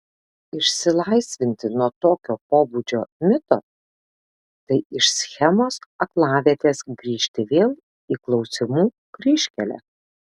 išsilaisvinti nuo tokio pobūdžio mito tai iš schemos aklavietės grįžti vėl į klausimų kryžkelę